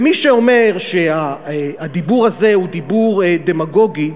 מי שאומר שהדיבור הזה הוא דיבור דמגוגי,